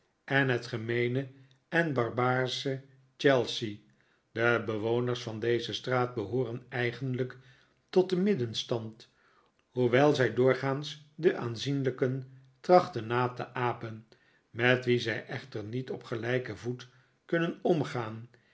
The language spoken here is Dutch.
en het gemeene en barbaarsche chelsea de bewoners van deze straat behooren eigenlijk tot den middenstand hoewel zij doorgaans de aanzienlijken trachten na te apen met wie zij echter niet op gelijken voet kunnen omgaan